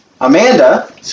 Amanda